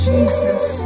Jesus